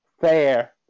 Fair